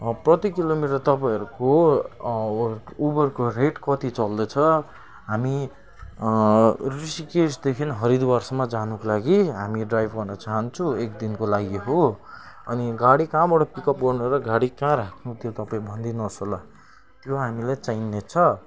प्रतिकिलोमिटर तपाईँहरूको उबरको रेट कति चल्दैछ हामी ऋषिकेशदेखि हरिद्वारसम्म जानुको लागि हामी ड्राइभ गर्न चाहन्छु एक दिनको लागि हो अनि गाडी कहाँबाट पिकअप गर्नु र गाडी कहाँ राख्नु त्यो तपाईँ भनिदिनुहोस् होला त्यो हामीलाई चाहिने छ